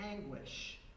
anguish